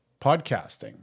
podcasting